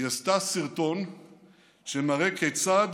היא עשתה סרטון שמראה כיצד